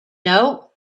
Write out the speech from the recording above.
know